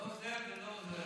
לא זה ולא זה.